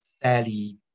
fairly